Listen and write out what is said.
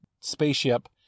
spaceship